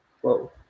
Whoa